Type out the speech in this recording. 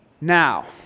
Now